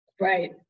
Right